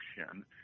action